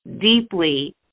deeply